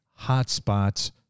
Hotspots